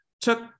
took